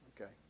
okay